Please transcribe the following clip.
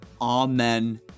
Amen